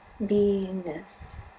beingness